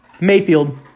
Mayfield